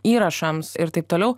įrašams ir taip toliau